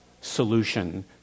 solution